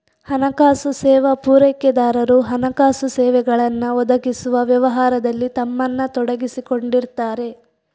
ಹಣಕಾಸು ಸೇವಾ ಪೂರೈಕೆದಾರರು ಹಣಕಾಸು ಸೇವೆಗಳನ್ನ ಒದಗಿಸುವ ವ್ಯವಹಾರದಲ್ಲಿ ತಮ್ಮನ್ನ ತೊಡಗಿಸಿಕೊಂಡಿರ್ತಾರೆ